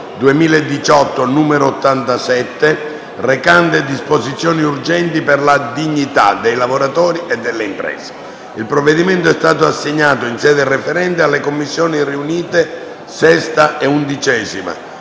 2018, n. 87, recante disposizioni urgenti per la dignità dei lavoratori e delle imprese» (741). Il provvedimento è stato assegnato in sede referente alle Commissioni riunite 6a e 11a,